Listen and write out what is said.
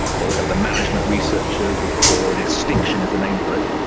what like the management researchers would call and stiction is the name for it,